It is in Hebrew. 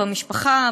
במשפחה,